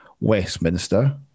Westminster